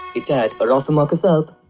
etad a rof emoc esaelp.